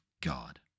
God